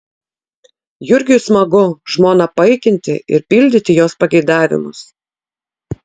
jurgiui smagu žmoną paikinti ir pildyti jos pageidavimus